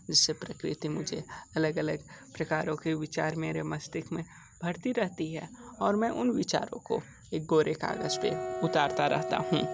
जिससे प्रकृति मुझे अलग अलग प्रकारों के विचार मेरे मस्तिष्क में भरती रहती है और मैं उन विचारों को एक कोरे कागज़ पर उतारता रहता हूँ